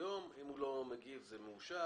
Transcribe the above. אם הוא לא מגיב, זה מאושר.